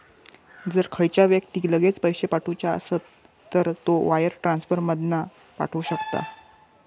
जर खयच्या व्यक्तिक लगेच पैशे पाठवुचे असत तर तो वायर ट्रांसफर मधना पाठवु शकता